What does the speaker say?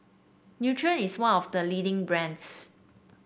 Nutren is one of the leading brands